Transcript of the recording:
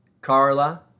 Carla